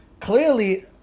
clearly